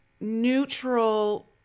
neutral